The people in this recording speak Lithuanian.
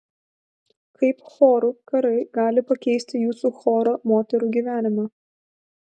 kaip chorų karai gali pakeisti jūsų choro moterų gyvenimą